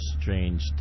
strange